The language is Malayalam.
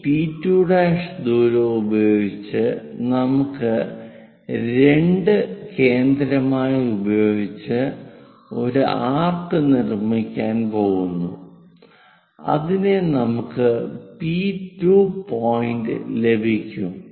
ഈ P2' ദൂരം ഉപയോഗിച്ച് നമുക്ക് 2 കേന്ദ്രം ആയി ഉപയോഗിച്ച് ഒരു ആർക്ക് നിർമ്മിക്കാൻ പോകുന്നു അങ്ങനെ നമുക്ക് P 2 പോയിന്റ് ലഭിക്കും